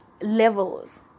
levels